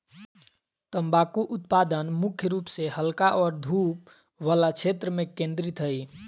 तम्बाकू उत्पादन मुख्य रूप से हल्का और धूप वला क्षेत्र में केंद्रित हइ